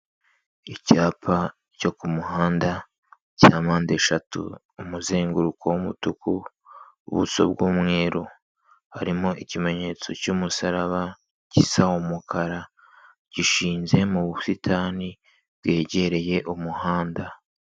Icyapa cyo ku muhanda, cya mpande eshatu, umuzenguruko w'umutuku, ubuso bw'umweru. Harimo ikimenyetso cy'umusaraba, gisa umukara. Gishinze mu busitani bwegereye umuhanda.